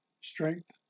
strength